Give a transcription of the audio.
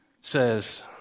says